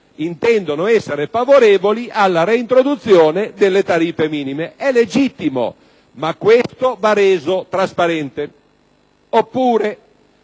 intendono essere favorevoli alla reintroduzione delle tariffe minime: è legittimo, ma va reso trasparente.